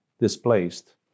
displaced